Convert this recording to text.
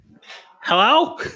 Hello